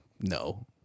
No